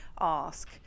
ask